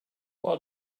what